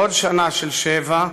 עוד שנה של 7,